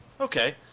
okay